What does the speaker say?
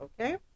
okay